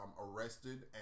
arrested